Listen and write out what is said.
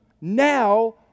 now